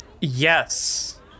Yes